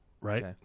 right